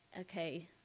okay